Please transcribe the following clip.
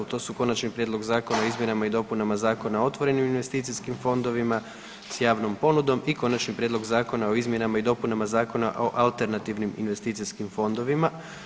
to su Konačni prijedlog Zakona o izmjenama i dopunama Zakona o otvorenim investicijskim fondovima s javnom ponudom i Konačni prijedlog Zakona o izmjenama i dopunama Zakona o alternativnim investicijskim fondovima.